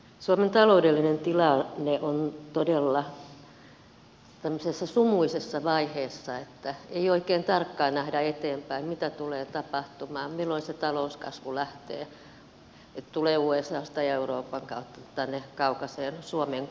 suomen taloudellinen tilanne on todella tämmöisessä sumuisessa vaiheessa että ei oikein tarkkaan nähdä eteenpäin mitä tulee tapahtumaan ja milloin se talouskasvu lähtee tulee usasta ja euroopan kautta tänne kaukaiseen suomen kolkkaan